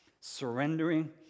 Surrendering